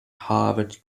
harvard